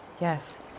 Yes